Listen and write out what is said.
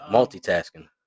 Multitasking